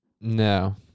no